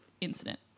incident